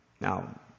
Now